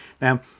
Now